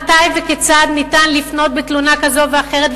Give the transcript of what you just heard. מתי וכיצד אפשר לפנות בתלונה כזאת ואחרת,